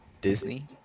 Disney